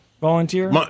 volunteer